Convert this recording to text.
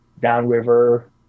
Downriver